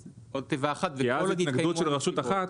כי אז התנגדות של רשות אחת,